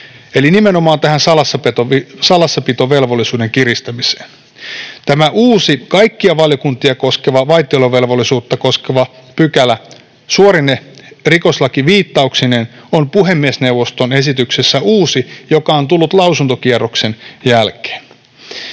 eli nimenomaan tähän salassapitovelvollisuuden kiristämiseen. Tämä uusi, kaikkia valiokuntia koskeva vaitiolovelvollisuutta koskeva pykälä suorine rikoslakiviittauksineen on puhemiesneuvoston esityksessä uusi, joka on tullut lausuntokierroksen jälkeen.